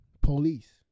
police